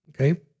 Okay